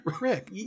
Rick